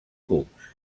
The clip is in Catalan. cucs